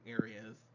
areas